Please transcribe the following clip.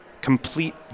complete